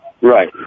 Right